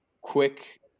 quick